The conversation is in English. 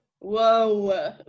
Whoa